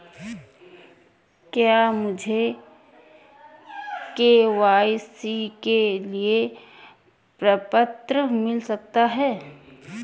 क्या मुझे के.वाई.सी के लिए प्रपत्र मिल सकता है?